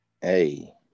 Hey